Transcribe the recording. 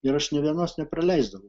ir aš nė vienos nepraleisdavau